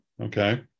Okay